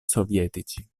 sovietici